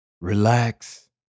Relax